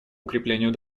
укреплению